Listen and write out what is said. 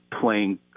playing